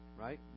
right